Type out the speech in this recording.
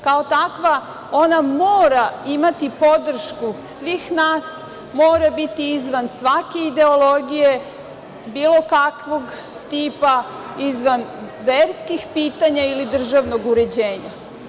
Kao takva, ona mora imati podršku svih nas, mora biti izvan svake ideologije bilo kakvog tipa, izvan verskih pitanja ili državnog uređenja.